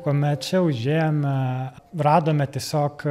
kuomet čia užėjome radome tiesiog